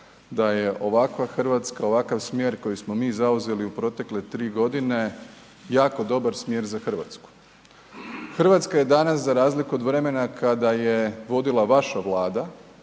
da je ovakva Hrvatska, ovakav smjer koji smo mi zauzeli u protekle 3 godine jako dobar smjer za Hrvatsku. Hrvatska je danas za razliku od vremena kada je vodila vaša vlada